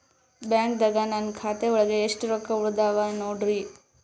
ಬ್ಯಾಂಕ್ದಾಗ ನನ್ ಖಾತೆ ಒಳಗೆ ಎಷ್ಟ್ ರೊಕ್ಕ ಉಳದಾವ ನೋಡ್ರಿ?